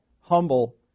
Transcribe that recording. humble